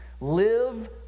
live